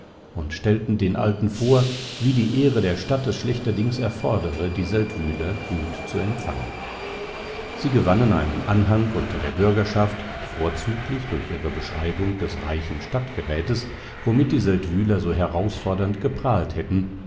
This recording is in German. und stellten den alten vor wie die ehre der stadt es schlechterdings erfordere die seldwyler gut zu empfangen sie gewannen einen anhang unter der bürgerschaft vorzüglich durch ihre beschreibung des reichen stadtgerätes womit die seldwyler so herausfordernd geprahlt hätten